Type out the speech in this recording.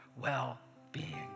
well-being